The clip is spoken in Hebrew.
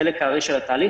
חלק הארי של התהליך,